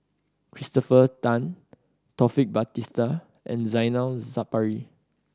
Christopher Tan Taufik Batisah and Zainal Sapari